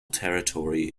territory